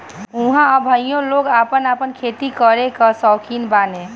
ऊहाँ अबहइयो लोग आपन आपन खेती करे कअ सौकीन बाने